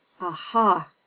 Aha